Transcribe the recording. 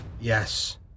Yes